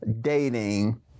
dating